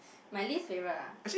my least favourite ah